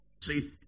See